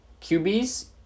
QBs